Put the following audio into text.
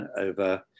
over